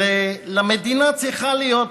למדינה צריכה להיות,